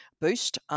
boost